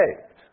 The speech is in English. saved